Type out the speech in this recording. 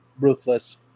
ruthless